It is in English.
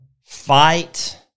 fight